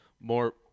more